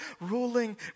ruling